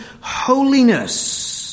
holiness